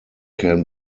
can